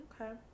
Okay